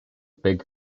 big